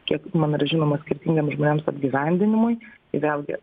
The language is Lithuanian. kiek man yra žinoma skirtingiem žmonėms apgyvendinimui tai vėlgi